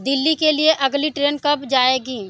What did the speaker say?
दिल्ली के लिए अगली ट्रेन कब जाएगी